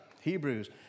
Hebrews